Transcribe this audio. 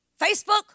Facebook